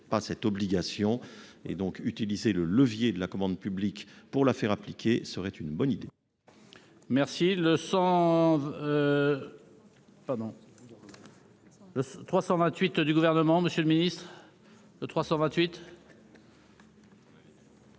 pas cette obligation. Par conséquent, utiliser le levier de la commande publique pour la faire appliquer serait une bonne idée.